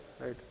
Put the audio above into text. right